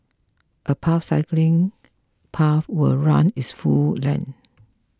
a paved cycling path will run its full length